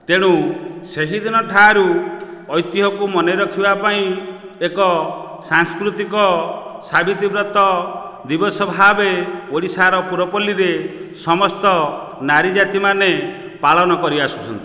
ତେଣୁ ସେହିଦିନ ଠାରୁ ଐତିହକୁ ମନେ ରଖିବା ପାଇଁ ଏକ ସାଂସ୍କୃତିକ ସାବିତ୍ରୀ ବ୍ରତ ଦିବସ ଭାବେ ଓଡ଼ିଶାର ପୁରପଲ୍ଲୀ ରେ ସମସ୍ତ ନାରୀ ଜାତି ମାନେ ପାଳନ କରିଆସୁଛନ୍ତି